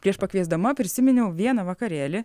prieš pakviesdama prisiminiau vieną vakarėlį